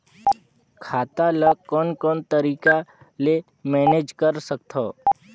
खाता ल कौन कौन से तरीका ले मैनेज कर सकथव?